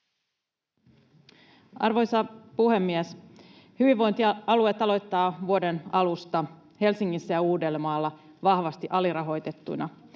Arvoisa puhemies! Hyvinvointialueet aloittavat vuoden alusta Helsingissä ja Uudellamaalla vahvasti alirahoitettuina.